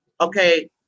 okay